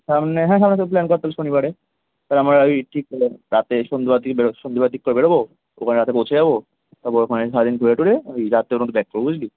সামনে হ্যাঁ সামনের সপ্তাহে প্ল্যান কর তবে শনিবারে আমরা ওই ঠিক রাতে সন্ধেবেলার দিকে বেরস সন্ধ্যেবেলার দিক করে বেরোবো ওখানে রাতে পৌঁছে যাবো তাপর ওখানে সারা দিন ঘুরে ঠুরে ওই রাতের মধ্যে ব্যাক করবো বুঝলি